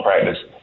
practice